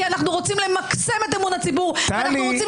כי אנחנו רוצים למקסם את אמון הציבור ואנחנו רוצים